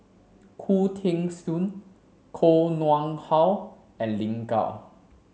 Khoo Teng Soon Koh Nguang How and Lin Gao